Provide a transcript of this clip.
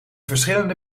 verschillende